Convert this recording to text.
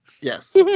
Yes